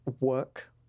work